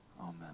Amen